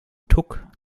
tuck